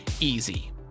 easy